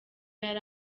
yari